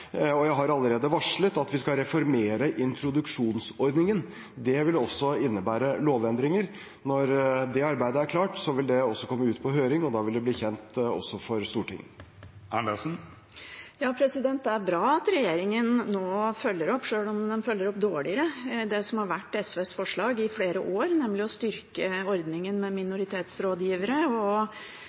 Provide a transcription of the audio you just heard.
Jeg har allerede varslet at vi skal reformere introduksjonsordningen. Det vil også innebære lovendringer. Når det arbeidet er klart, vil det komme ut på høring, og da vil det bli kjent også for Stortinget. Det er bra at regjeringen nå følger opp, sjøl om den følger opp dårligere enn det som har vært i SVs forslag i flere år, nemlig å styrke ordningen med minoritetsrådgivere